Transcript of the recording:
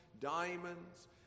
diamonds